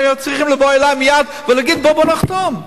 היו צריכים לבוא אלי מייד ולהגיד: בוא נחתום,